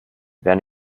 wer